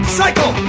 cycle